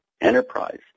enterprise